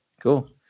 Cool